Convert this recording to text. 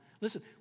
Listen